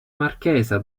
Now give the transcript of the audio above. marchesa